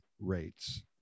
rates